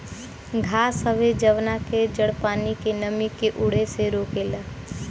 घास हवे जवना के जड़ पानी के नमी के उड़े से रोकेला